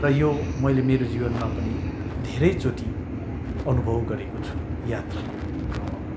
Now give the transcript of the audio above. र यो मैले मेरो जीवनमा पनि धेरैचोटि अनुभव गरेको छु यात्राको क्रममा